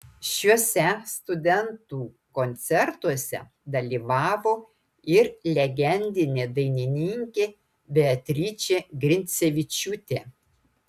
šiuose studentų koncertuose dalyvavo ir legendinė dainininkė beatričė grincevičiūtė